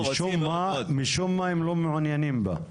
משום מה משרד הפנים לא מעוניין בה.